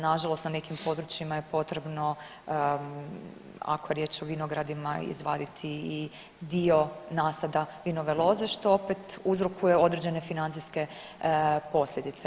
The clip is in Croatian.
Na žalost na nekim područjima je potrebno ako je riječ o vinogradima izvaditi i dio nasada vinove loze što opet uzrokuje određene financijske posljedice.